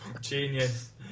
Genius